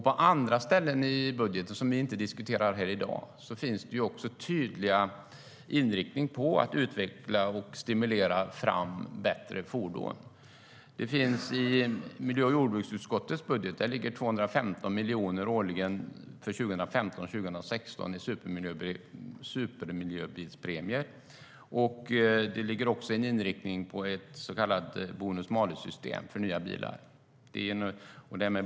På andra ställen i budgeten, som vi inte diskuterar här i dag, finns det också en tydlig inriktning på att utveckla och stimulera fram bättre fordon.I miljö och jordbruksutskottets budget ligger 215 miljoner årligen för 2015 och 2016 i supermiljöbilspremier. Det ligger också en inriktning på ett så kallat bonus-malus-system för nya bilar.